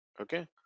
Okay